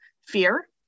fear